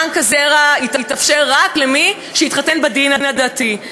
בבנק הזרע יתאפשר רק למי שיתחתן בדין הדתי.